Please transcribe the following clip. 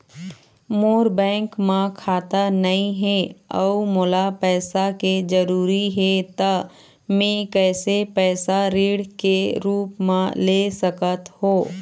मोर bank म खाता नई हे अउ मोला पैसा के जरूरी हे त मे कैसे पैसा ऋण के रूप म ले सकत हो?